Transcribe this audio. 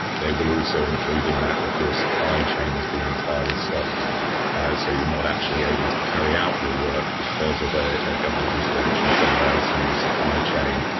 they will also include in that if your supply chain has been entirely stopped so you're not actually able to carry out your work because of a ah government intervention somewhere else in your supply chain.